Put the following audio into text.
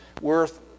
worth